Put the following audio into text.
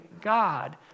God